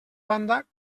banda